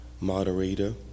moderator